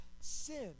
Sin